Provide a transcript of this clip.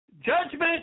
judgment